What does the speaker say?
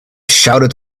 shouted